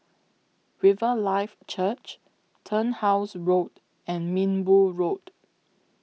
Riverlife Church Turnhouse Road and Minbu Road